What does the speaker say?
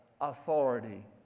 authority